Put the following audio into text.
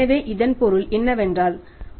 எனவே இதன் பொருள் என்னவென்றால்